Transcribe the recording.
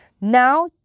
Now